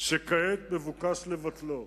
שכעת מבוקש לבטלו.